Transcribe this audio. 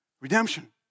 redemption